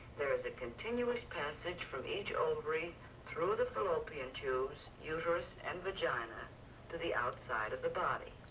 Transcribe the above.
there is a continuous passage from each ovary through the fallopian tubes, uterus and vagina to the outside of the body.